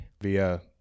via